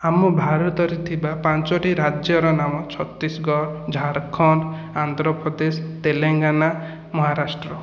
ଆମ ମୁଁ ଭାରତରେ ଥିବା ପାଞ୍ଚୋଟି ରାଜ୍ୟର ନାମ ଛତିଶଗଡ଼ ଝାଡ଼ଖଣ୍ଡ ଆନ୍ଦ୍ରପ୍ରଦେଶ ତେଲେଙ୍ଗାନା ମହାରାଷ୍ଟ୍ର